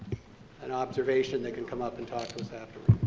an observation, they can come up and talk to us afterward.